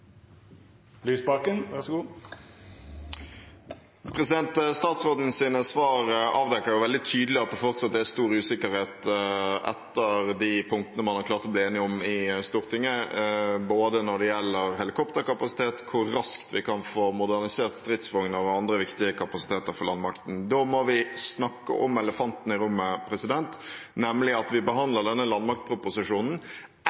stor usikkerhet etter de punktene man har klart å bli enige om i Stortinget, både når det gjelder helikopterkapasitet, og når det gjelder hvor raskt vi kan få modernisert stridsvogner og andre viktige kapasiteter for landmakten. Da må vi snakke om elefanten i rommet, nemlig at vi